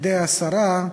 בדיון,